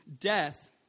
death